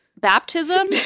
Baptism